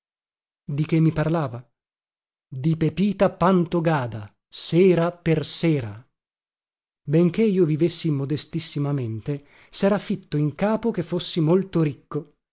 di che mi parlava di pepita pantogada sera per sera benché io vivessi modestissimamente sera fitto in capo che fossi molto ricco